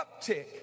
uptick